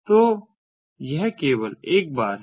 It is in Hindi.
तो यह केवल एक बार है